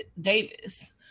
Davis